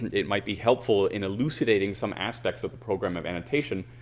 it might be helpful in elucidating some aspects of the program of annotation,